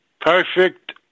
Perfect